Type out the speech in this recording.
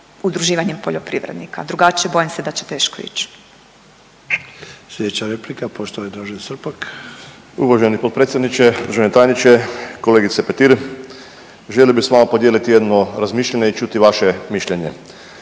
udruživanjem poljoprivrednika, drugačije, bojim se da će teško ići.